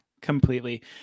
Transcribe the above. completely